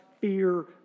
fear